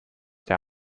der